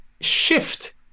shift